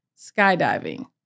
skydiving